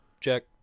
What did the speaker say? check